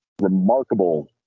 remarkable